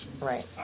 Right